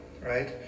right